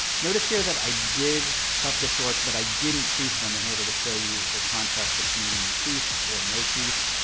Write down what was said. notice here that i did cuff the shorts but i didn't crease them in order to show you the contrast between crease or no crease.